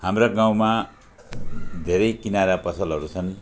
हाम्रा गाउँमा धेरै किराना पसलहरू छन्